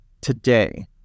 Today